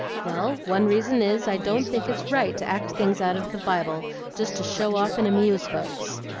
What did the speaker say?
well, one reason is i don't think it's right to act things out of the bible just to show off and amuse folks.